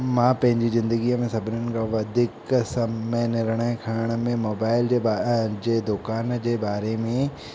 मां पंहिंजी जिंदगीअ में सभिनीनि खां वधीक समय निर्णय खणण में मोबाइल जे बा दुकानु जे बारे में